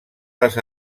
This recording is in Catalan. les